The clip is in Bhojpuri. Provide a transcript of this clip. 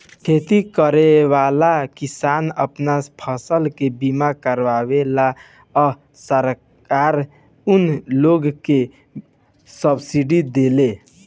खेती करेवाला किसान आपन फसल के बीमा करावेलन आ सरकार उनका लोग के सब्सिडी देले